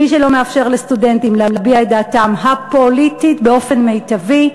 מי שלא מאפשר לסטודנטים להביע את דעתם הפוליטית באופן מיטבי,